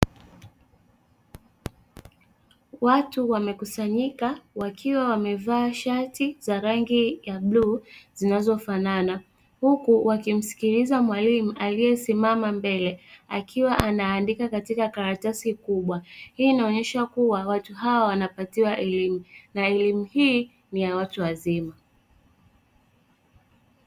Watu wamekusanyika wakiwa wamevaa shati za rangi ya bluu zinazofanana huku wakimsikiliza mwalimu aliyesimama mbele akiwa anaandika katika karatasi kubwa. Hii inaonyesha kuwa watu hawa wanapatiwa elimu na elimu hii ni ya watu wazima.